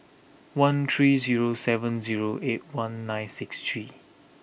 one three zero seven zero eight one nine six three